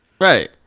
Right